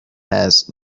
has